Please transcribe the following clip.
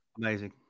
Amazing